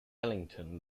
ellington